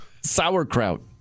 Sauerkraut